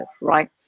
right